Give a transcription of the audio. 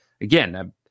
again